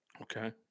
Okay